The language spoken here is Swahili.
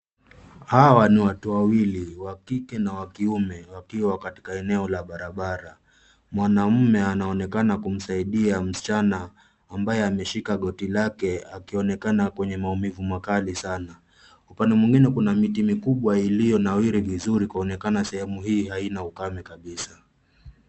Hawa ni watu wawili, wa kike, na kiume, wakiwa katika eneo la barabara. Mwanaume anaonekana kumsaidia msichana ambaye ameshika goti lake, akionekana kwenye maumivu sana. Upande mwingine kuna miti mikubwa ilionawiri inaonekana sehemu hii, haina ukame kabisa.